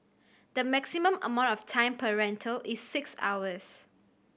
the maximum amount of time per rental is six hours